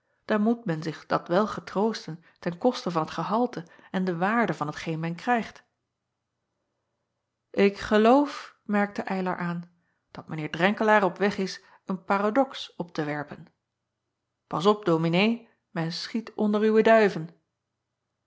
dan moet men zich dat wel getroosten ten koste van het gehalte en de waarde van hetgeen men krijgt k geloof merkte ylar aan dat mijn eer renkelaer op weg is een paradox op te werpen as op ominee men schiet onder uwe duiven